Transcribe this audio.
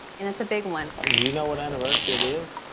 and it's a big one? do you know what anniversary it is?